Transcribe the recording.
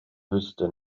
wüsste